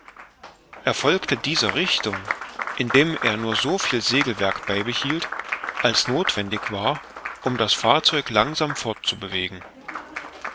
folgte dieser richtung indem er nur so viel segelwerk beibehielt als nothwendig war um das fahrzeug langsam fortzubewegen